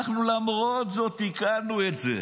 אנחנו למרות זאת תיקנו את זה